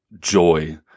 joy